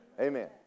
Amen